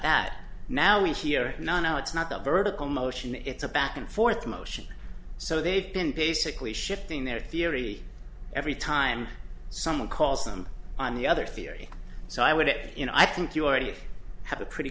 that now we hear now it's not the vertical motion it's a back and forth motion so they've been basically shifting their theory every time someone calls them on the other theory so i would it you know i think you already have a pretty